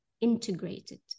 integrated